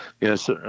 yes